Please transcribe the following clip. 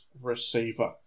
receiver